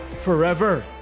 forever